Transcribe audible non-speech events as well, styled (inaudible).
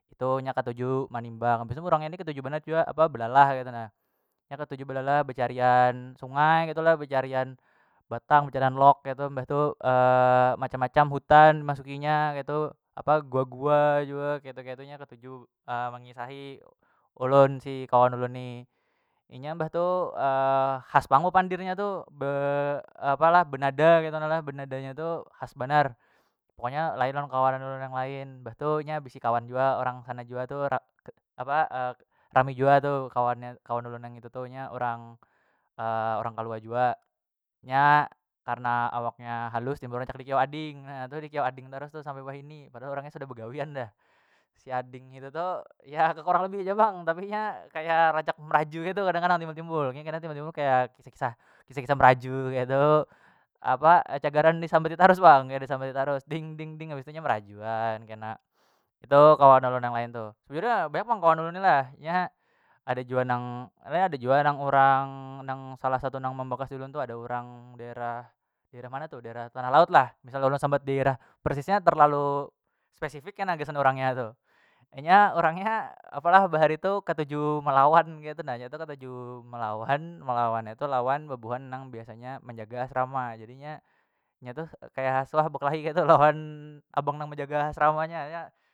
Itu nya ketuju manimbang habis tu urang nya ni katuju banar jua apa belalah keitu nah, nya ketuju belalah becarian sungai ketu lo becarian batang becarian lok ketu mbah tu (hesitation) macam- macam hutan dimasukinya ketu apa gua- gua jua ketu- ketu nya ketuju (hesitation) mengisahi ulun si kawan ulun ni inya mbah tu (hesitation) khas pang bepandirnya tu be apa lah benada ketu na lo benada nya tu khas banar pokoknya lain lah lawan kawanan ulun yang lain, mbah tu nya bisi kawan jua orang sana jua tu (unintelligible) apa (hesitation) rami jua tu kawannya kawan ulun nang itu tu nya orang (hesitation) orang kalua jua nya karna awaknya halus timbul rancak dikiau ading na tu dikiau ading tarus tu sampai wahini padahal orang nya sudah begawian dah siading itu tu ya kekurang lebih ja pang tapi nya kaya rancak meraju ketu kadang- kadang timbul- timbul (unintelligible) timbul- timbul kaya kisah- kisah kisah- kisah meraju ketu apa cagaran disambit itu harus pang kaya disambati tarus ding- ding- ding habis tu inya merajuan kena itu kawan ulun yang lain tuh sebujurnya banyak pang kawan ulun ni lah inya ada jua nang ya ada jua nang urang nang salah satu nang mambakas diulun tu ada urang daerah- daerah mana tu daerah tanah laut lah misal ulun sambat dairah persisnya terlalu spesifik kena gasan urang nya tu inya urang nya apalah bahari tu ketuju melawan ketu na nya tu ketuju melawan- melawan itu lawan bebuhan nang biasanya menjaga asrama jadinya nya tu kaya suah bekelahi ketu lawan abang nang menjaga asrama nya.